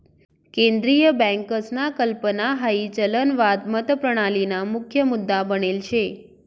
केंद्रीय बँकसना कल्पना हाई चलनवाद मतप्रणालीना मुख्य मुद्दा बनेल शे